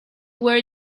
were